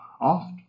oft